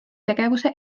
tegevuse